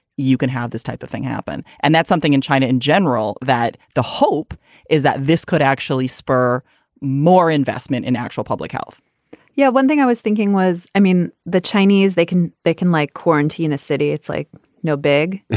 you can have this type of thing happen. and that's something in china in general that the hope is that this could actually spur more investment in actual public health yeah, one thing i was thinking was, i mean, the chinese, they can they can like quarantine a city. it's like no big,